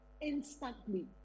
instantly